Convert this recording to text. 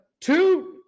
two